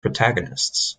protagonists